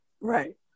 right